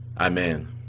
Amen